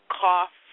cough